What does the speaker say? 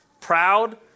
proud